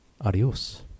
adios